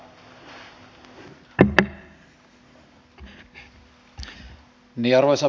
arvoisa puhemies